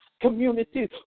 communities